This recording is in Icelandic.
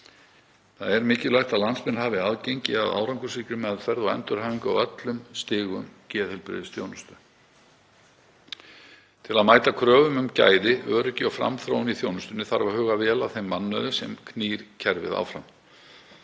Það er mikilvægt að landsmenn hafi aðgengi að árangursríkri meðferð og endurhæfingu á öllum stigum geðheilbrigðisþjónustu. Til að mæta kröfum um gæði, öryggi og framþróun í þjónustunni þarf að huga vel að þeim mannauði sem knýr kerfið áfram.